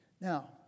now